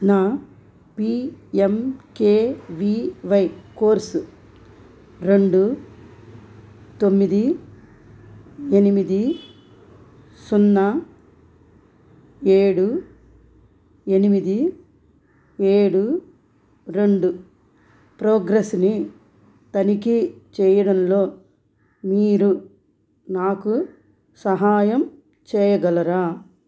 నా PMKVY course రెండు తొమ్మిది ఎనిమిది సున్నా ఏడు ఎనిమిది ఏడు రెండు ప్రోగ్రెస్ని తనిఖీ చేయడంలో మీరు నాకు సహాయం చేయగలరా